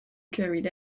carried